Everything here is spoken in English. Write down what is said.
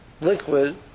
liquid